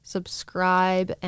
Subscribe